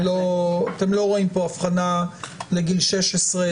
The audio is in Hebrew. אתם לא רואים פה הבחנה לגיל 16,